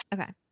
Okay